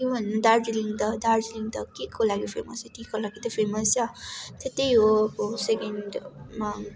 के भन्नु दार्जिलिङ त दार्जिलिङ त के को लागि फेमस छ टीको लागि त फेमस छ त्यही हो आबो सेकेन्डमा